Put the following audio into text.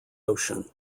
ocean